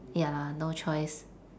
ya lah no choice